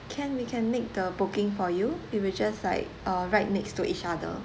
can we can make the booking for you it will just like uh right next to each other